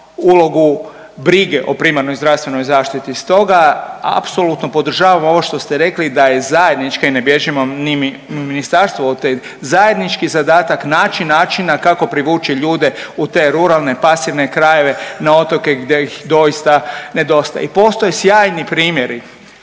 ulogu brige o primarnoj zdravstvenoj zaštiti. Stoga apsolutno podržavam ovo što ste rekli da je zajednička i ne bježimo ni ministarstvo od te. Zajednički zadatak naći načina kako privući ljude u te ruralne, pasivne krajeve na otoke gdje ih doista nedostaje. I postoje sjajni primjeri,